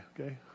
okay